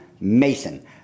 Mason